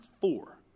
four